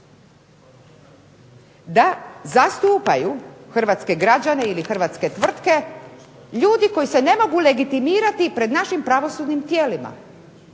da zastupaju hrvatske građane ili hrvatske tvrtke ljudi koji se ne mogu legitimirati pred našim pravosudnim tijelima.